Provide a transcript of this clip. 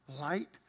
light